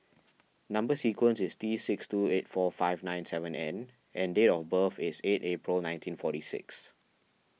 Number Sequence is T six two eight four five nine seven N and date of birth is eight April nineteen forty six